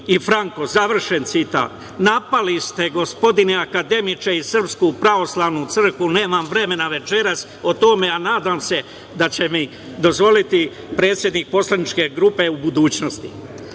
i Franko. Završen citat. Napali ste, gospodine akademiče i SPC. Nemam vremena večeras o tome, a nadam se da će mi dozvoliti predsednik poslaničke grupe u budućnosti. Kada